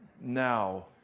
Now